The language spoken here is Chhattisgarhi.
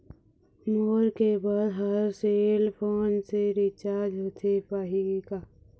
मोर केबल हर सेल फोन से रिचार्ज होथे पाही का?